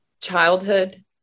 childhood